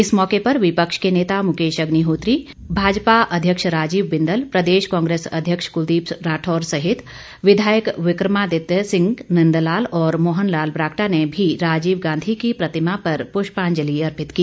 इस मौके पर विपक्ष के नेता मुकेश अग्निहोत्री भाजपा अध्यक्ष राजीव बिंदल प्रदेश कांग्रेस अध्यक्ष कुलदीप राठौर सहित विधायक विक्रमादित्य सिंह नंदलाल और मोहन लाल ब्राक्टा ने भी राजीव गांधी की प्रतिमा पर पुष्पांजलि अर्पित की